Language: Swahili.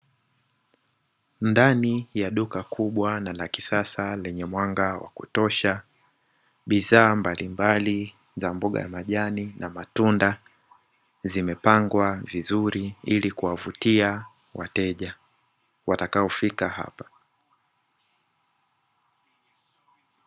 Ndani ya duka kubwa na la kisasa lenye mwanga wa kutosha, bidhaa mbalimbali za mboga ya majani na matunda zimepangwa vizuri ili kuwavutia wateja watakaofika hapo.